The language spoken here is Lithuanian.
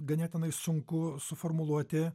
ganėtinai sunku suformuluoti